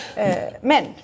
Men